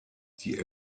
die